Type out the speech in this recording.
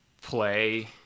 play